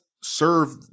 serve